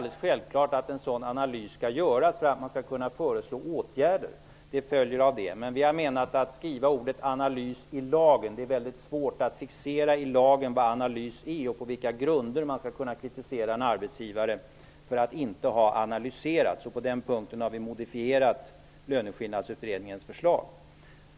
Det är självklart att en sådan analys skall göras så att man kan föreslå åtgärder. Vi menar att man kanske inte skall skriva in ordet ''analys'' i lagtexten. Det är mycket svårt att i lagtexten fixera vad en analys är och på vilka grunder man skall kunna kritisera en arbetsgivare för att denne inte har analyserat. På den punkten har vi modifierat Löneskillnadsutredningens förslag.